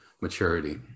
maturity